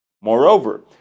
Moreover